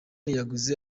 yaguze